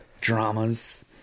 Dramas